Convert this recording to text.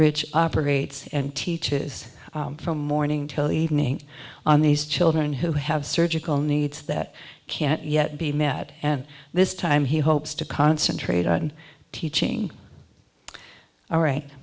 rich operates and teaches from morning till evening on these children who have surgical needs that can't yet be met and this time he hopes to concentrate on teaching all right